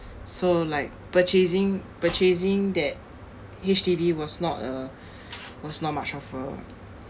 so like purchasing purchasing that H_D_B was not a was not much rougher